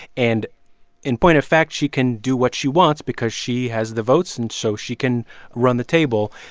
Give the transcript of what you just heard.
and in point of fact, she can do what she wants because she has the votes, and so she can run the table.